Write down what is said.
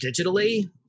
digitally